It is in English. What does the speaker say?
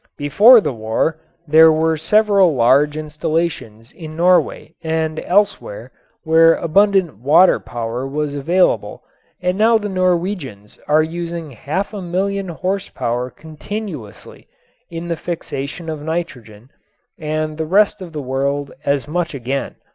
before the war there were several large installations in norway and elsewhere where abundant water power was available and now the norwegians are using half a million horse power continuously in the fixation of nitrogen and the rest of the world as much again.